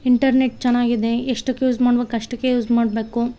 internet ಚೆನ್ನಾಗ್ ಇದೆ ಎಷ್ಟಕ್ಕೆ ಯೂಸ್ ಮಾಡ್ಬೇಕ್ ಅಷ್ಟಕ್ಕೇ ಯೂಸ್ ಮಾಡಬೇಕು